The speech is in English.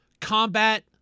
combat